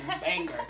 banger